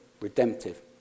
redemptive